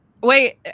Wait